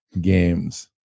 games